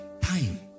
time